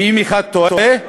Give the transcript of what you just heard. כי אם אחד טועה,